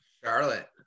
Charlotte